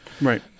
Right